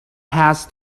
had